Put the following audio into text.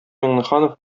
миңнеханов